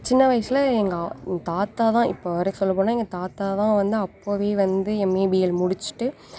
சின்ன வயசில் எங்கள் தாத்தாதான் இப்போ வரைக்கும் சொல்ல போனால் எங்கள் தாத்தாதான் வந்து அப்போவே வந்து எம்ஏ பிஎல் முடித்துட்டு